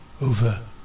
Over